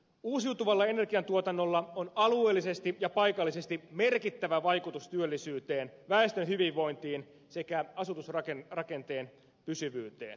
uusiutuvalla energiantuotannolla on alueellisesti ja paikallisesti merkittävä vaikutus työllisyyteen väestön hyvinvointiin sekä asutusrakenteen pysyvyyteen